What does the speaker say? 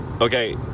okay